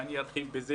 ואני ארחיב על כך.